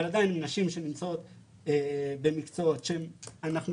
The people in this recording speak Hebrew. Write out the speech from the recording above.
אבל עדיין נשים שנמצאות במקצועות ואנחנו